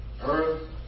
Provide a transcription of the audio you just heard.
earth